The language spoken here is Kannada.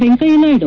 ವೆಂಕಯ್ಯನಾಯ್ಡ